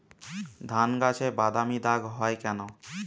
ধানগাছে বাদামী দাগ হয় কেন?